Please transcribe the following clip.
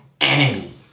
enemy